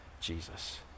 Jesus